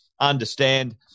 understand